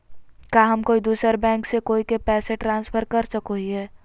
का हम कोई दूसर बैंक से कोई के पैसे ट्रांसफर कर सको हियै?